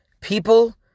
People